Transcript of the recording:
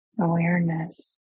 awareness